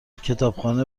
کتابخانه